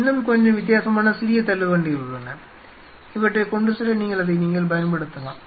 இன்னும் கொஞ்சம் வித்தியாசமான சிறிய தள்ளுவண்டிகள் உள்ளன இவற்றைக் கொண்டுசெல்ல அதை நீங்கள் பயன்படுத்தலாம்